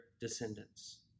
descendants